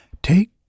Take